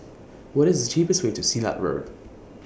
What IS The cheapest Way to Silat Road